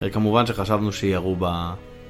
כמובן שחשבנו שירו ב...